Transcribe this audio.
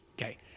Okay